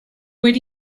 where